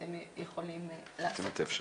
אתם יכולים לעשות את זה.